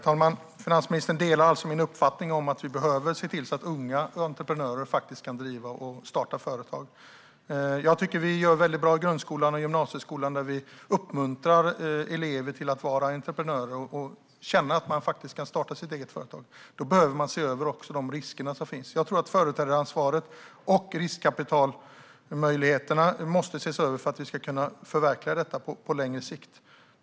Herr talman! Finansministern delar alltså min uppfattning att vi behöver se till att unga entreprenörer faktiskt kan starta och driva företag. Jag tycker att vi gör det väldigt bra i grundskolan och gymnasieskolan, där vi uppmuntrar elever att vara entreprenörer och att känna att de kan starta sitt eget företag. Man behöver dock även se över de risker som finns. Jag tror att företrädaransvaret och riskkapitalmöjligheterna måste ses över för att vi ska kunna förverkliga detta på längre sikt.